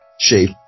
shape